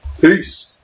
peace